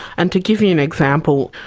and to give you an example,